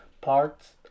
parts